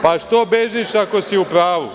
Pa, što bežiš, ako si u pravu?